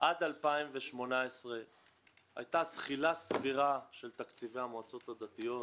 עד 2018 הייתה זחילה סבירה של תקציבי המועצות הדתיות,